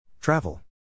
Travel